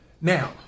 Now